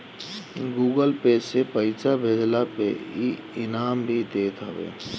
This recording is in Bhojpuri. गूगल पे से पईसा भेजला पे इ इनाम भी देत हवे